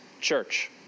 church